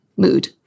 Mood